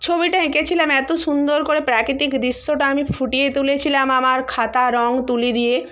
ছবিটা এঁকেছিলাম এত সুন্দর করে প্রাকৃতিক দৃশ্যটা আমি ফুটিয়ে তুলেছিলাম আমার খাতা রং তুলি দিয়ে